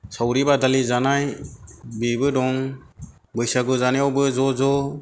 सावरि बादालि जानाय बेबो दं बैसागु जानायावबो ज' ज'